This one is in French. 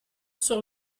sur